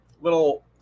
little